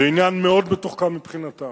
זה עניין מאוד מתוחכם מבחינתם.